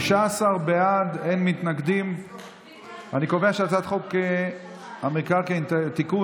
ההצעה להעביר את הצעת חוק המקרקעין (תיקון,